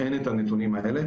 אין הנתונים האלה,